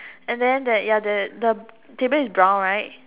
and then there ya there the table is brown right